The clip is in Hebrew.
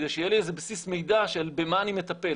כדי שיהיה לי איזה בסיס מידע במה אני מטפל.